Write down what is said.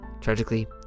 Tragically